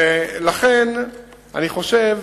ולכן אני חושב,